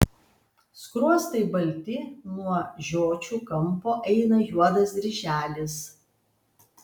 skruostai balti nuo žiočių kampo eina juodas dryželis